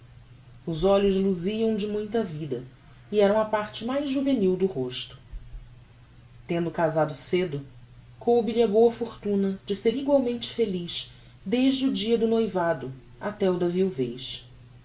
os olhos luziam de muita vida e eram a parte mais juvenil do rosto tendo casado cedo coube lhe a boa fortuna de ser egualemente feliz desde o dia do noivado até o da viuvez